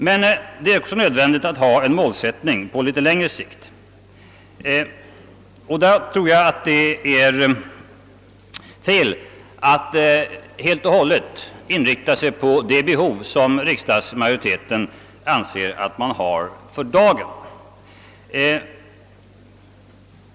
Men det är också növändigt med en målsättning på längre sikt. Det är felaktigt att helt och hållet inrikta sig på det behov som riksdagsmajoriteten anser föreligger för dagen.